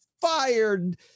fired